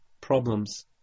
problems